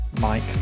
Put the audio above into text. Mike